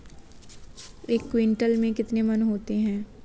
एक क्विंटल में कितने मन होते हैं?